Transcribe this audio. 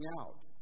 out